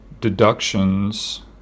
deductions